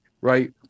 right